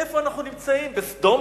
איפה אנחנו נמצאים, בסדום?